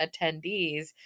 attendees